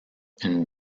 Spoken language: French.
une